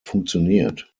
funktioniert